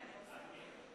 היום יום שני,